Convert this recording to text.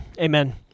Amen